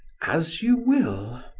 as you will.